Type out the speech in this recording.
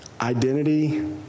Identity